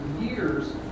years